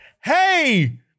Hey